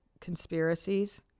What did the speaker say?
conspiracies